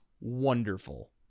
wonderful